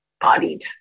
bodied